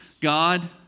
God